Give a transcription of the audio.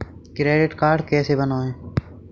Credit card कैसे बनवाएँ?